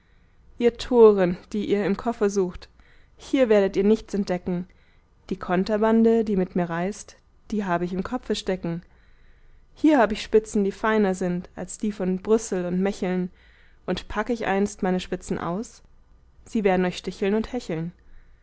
ihr toren die ihr im koffer sucht hier werdet ihr nichts entdecken die konterbande die mit mir reist die hab ich im kopfe stecken hier hab ich spitzen die feiner sind als die von brüssel und mecheln und pack ich einst meine spitzen aus sie werden euch sticheln und hecheln